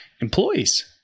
employees